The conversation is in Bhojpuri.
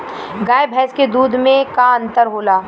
गाय भैंस के दूध में का अन्तर होला?